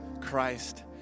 Christ